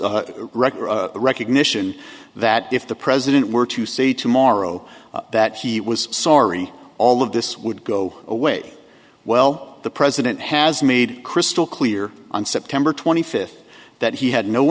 record recognition that if the president were to say tomorrow that he was sorry all of this would go away well the president has made crystal clear on september twenty fifth that he had no